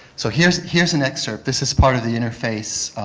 so here is here is an excerpt this is part of the interface